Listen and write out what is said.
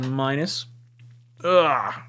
minus